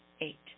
eight